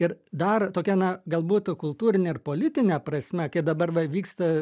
ir dar tokia na galbūt kultūrine ir politine prasme kaip dabar va vyksta